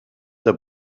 der